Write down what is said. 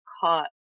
caught